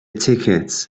tickets